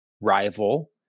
rival